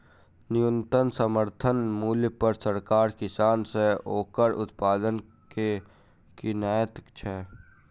न्यूनतम समर्थन मूल्य पर सरकार किसान सॅ ओकर उत्पाद के किनैत छै